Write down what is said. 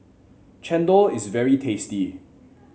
chendol is very tasty